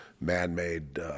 man-made